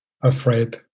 afraid